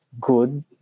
good